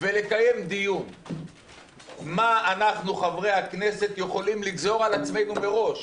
ולקיים דיון מה אנחנו חברי הכנסת יכולים לגזור על עצמנו מראש,